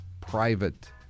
private